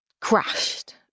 crashed